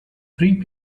three